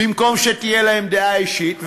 במקום שתהיה להם דעה אישית.